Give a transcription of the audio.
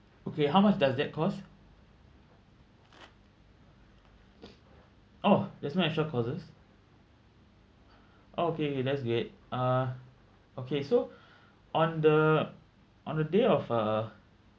okay how much does that cost oh there's no extra cost ~es oh okay okay that's great ah okay so on the on the day of uh